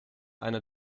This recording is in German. eine